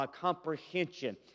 comprehension